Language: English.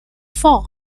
for